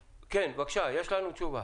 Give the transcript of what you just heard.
בבקשה, יש לנו תשובה.